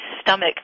stomach